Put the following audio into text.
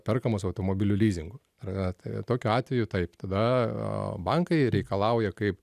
perkamas automobilių lizingu ar tai tokiu atveju taip tada a bankai reikalauja kaip